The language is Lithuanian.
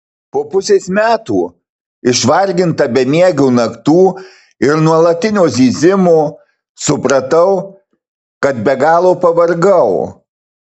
po pusės metų išvarginta bemiegių naktų ir nuolatinio zyzimo supratau kad be galo pavargau